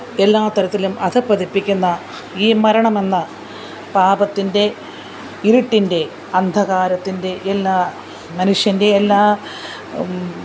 എല്ലാ തരത്തിലും അധപതിപ്പിക്കുന്ന ഈ മരണമെന്ന പാപത്തിന്റെ ഇരുട്ടിന്റെ അന്ധകാരത്തിന്റെ എല്ലാ മനുഷ്യന്റെ എല്ലാ